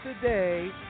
today